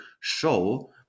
show